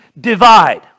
divide